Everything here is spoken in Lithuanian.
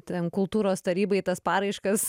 ten kultūros tarybai tas paraiškas